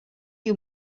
you